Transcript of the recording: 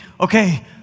okay